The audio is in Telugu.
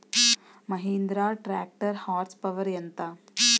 మహీంద్రా ట్రాక్టర్ హార్స్ పవర్ ఎంత?